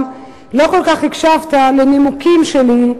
לא כל כך הקשבת לנימוקים שלי.